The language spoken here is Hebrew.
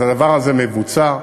אז הדבר הזה מבוצע.